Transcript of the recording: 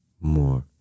more